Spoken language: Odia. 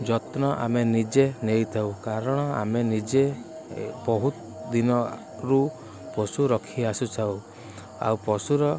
ଯତ୍ନ ଆମେ ନିଜେ ନେଇଥାଉ କାରଣ ଆମେ ନିଜେ ବହୁତ ଦିନରୁ ପଶୁ ରଖି ଆସୁଛୁ ଆଉ ପଶୁର